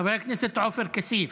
חבר הכנסת עופר כסיף,